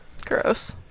Gross